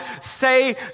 say